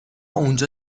اونجا